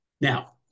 Now